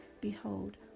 Behold